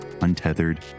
untethered